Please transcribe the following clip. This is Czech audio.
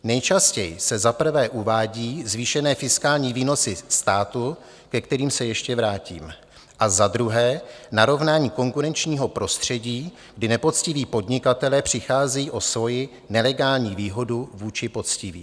Nejčastěji se za prvé uvádí zvýšené fiskální výnosy státu, ke kterým se ještě vrátím, a za druhé narovnání konkurenčního prostředí, kdy nepoctiví podnikatelé přicházejí o svoji nelegální výhodu vůči poctivým.